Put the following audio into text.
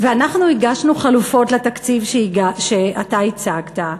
ואנחנו הגשנו חלופות לתקציב שאתה הצגת,